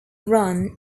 run